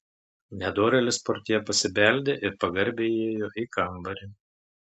nedorėlis portjė pasibeldė ir pagarbiai įėjo į kambarį